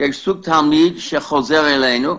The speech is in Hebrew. יש סוג תלמיד שחוזר אלינו.